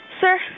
Sir